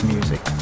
Music